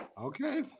okay